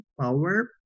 power